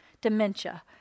dementia